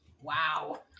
Wow